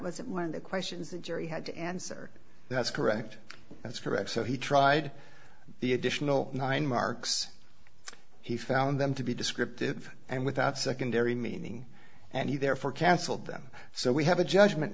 was one of the questions the jury had answered that's correct that's correct so he tried the additional nine marks he found them to be descriptive and without secondary meaning and he therefore canceled them so we have a judgment